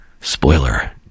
Spoiler